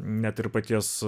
net ir paties